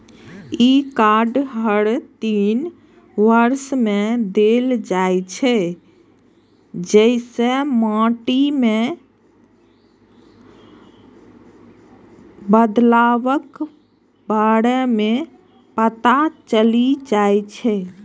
ई card हर तीन वर्ष मे देल जाइ छै, जइसे माटि मे बदलावक बारे मे पता चलि जाइ छै